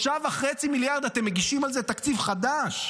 3.5 מיליארד אתם מגישים על זה תקציב חדש?